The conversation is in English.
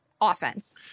offense